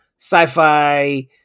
sci-fi